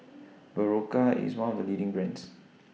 Berocca IS one of The leading brands